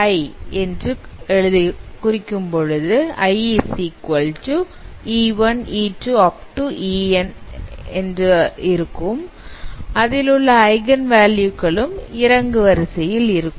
en என்று குறிக்கும்போது அதிலுள்ள ஐகன் வேல்யூ களும் இறங்கு வரிசையில் இருக்கும்